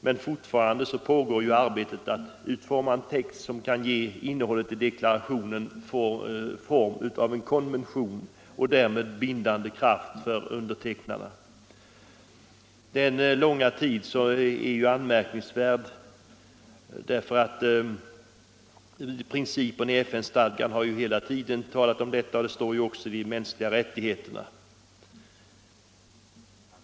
Men - fortfarande pågår arbetet med att utforma en text som kan ge innehållet i deklarationen formen av en konvention och därmed bindande kraft för undertecknarna. Denna långa tid är anmärkningsvärd därför att principen i FN-stadgan hela tiden har omfattat detta och det står inskrivet också i förklaringen om de mänskliga rättigheterna.